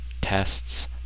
tests